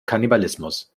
kannibalismus